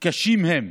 קשים הם.